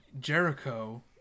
Jericho